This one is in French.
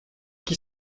qui